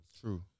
True